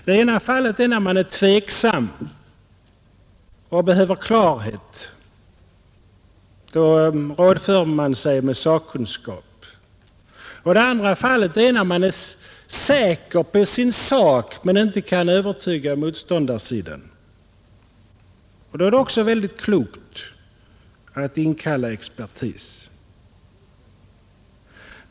Den ena fallet är när man är tveksam och behöver klarhet — då rådför man sig med sakkunskapen. Det andra fallet är när man är säker på att man har rätt men inte kan övertyga motståndarsidan — då är det också klokt att inkalla expertis.